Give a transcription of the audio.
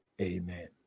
amen